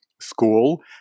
school